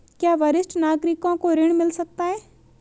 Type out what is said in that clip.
क्या वरिष्ठ नागरिकों को ऋण मिल सकता है?